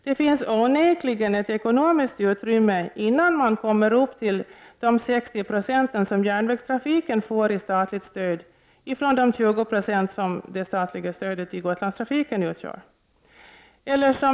Det finns onekligen ett ekonomiskt utrymme, innan man kommer upp till de 60 26 som järnvägstrafiken får i statligt stöd. Det statliga stödet till Gotlandstrafiken är 20 70.